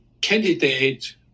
candidate